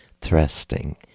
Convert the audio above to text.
thrusting